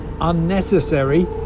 unnecessary